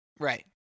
Right